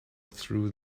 through